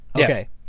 okay